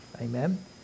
Amen